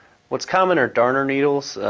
what is common are darter needles,